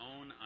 own